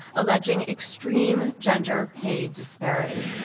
alleging extreme gender pay disparity.